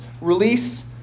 release